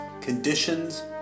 conditions